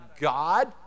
God